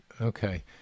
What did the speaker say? okay